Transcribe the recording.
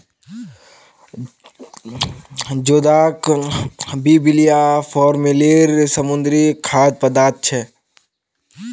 जोदाक बिब्लिया फॅमिलीर समुद्री खाद्य पदार्थ छे